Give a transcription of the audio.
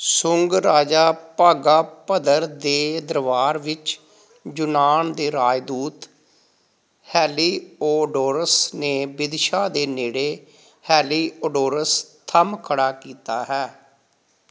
ਸ਼ੁੰਗ ਰਾਜਾ ਭਾਗਾਭਦਰ ਦੇ ਦਰਬਾਰ ਵਿੱਚ ਯੂਨਾਨ ਦੇ ਰਾਜਦੂਤ ਹੈਲੀਓਡੋਰਸ ਨੇ ਵਿਦਿਸ਼ਾ ਦੇ ਨੇੜੇ ਹੈਲੀਓਡੋਰਸ ਥੰਮ੍ਹ ਖੜ੍ਹਾ ਕੀਤਾ ਹੈ